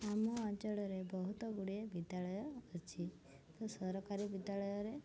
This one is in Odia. ଆମ ଅଞ୍ଚଳରେ ବହୁତ ଗୁଡ଼ିଏ ବିଦ୍ୟାଳୟ ଅଛି ତ ସରକାରୀ ବିଦ୍ୟାଳୟରେ